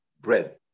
bread